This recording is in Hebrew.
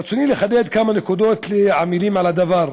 ברצוני לחדד כמה נקודות לעמלים על הדבר: